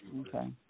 Okay